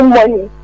money